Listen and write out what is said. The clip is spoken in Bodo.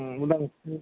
होनांसिगोन